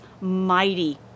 mighty